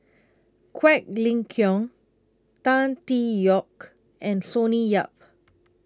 Quek Ling Kiong Tan Tee Yoke and Sonny Yap